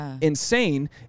insane